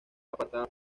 apartada